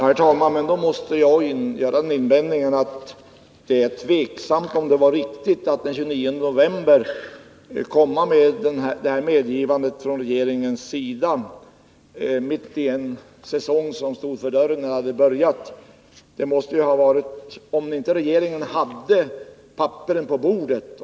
Herr talman! Jag måste då göra invändningen att det är tveksamt om det i så fall var riktigt av regeringen att den 29 november göra det här medgivandet, då säsongen stod för dörren.